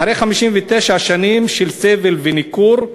אחרי 59 שנים של סבל וניכור,